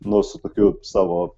nu su tokiu savo